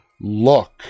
look